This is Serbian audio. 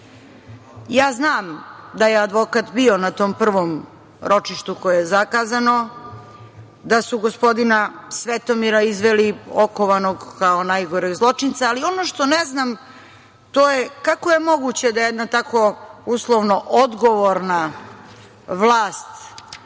znam da je advokat bio na tom prvom ročištu koje je zakazano, da su gospodina Svetomira izveli okovanog kao najgoreg zločinca, ali ono što ne znam to je kako je moguće da jedna tako, uslovno, odgovorna vlast